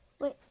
wait